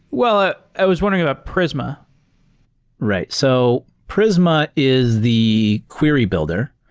well, i was wondering about prisma right. so prisma is the query builder.